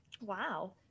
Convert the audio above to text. Wow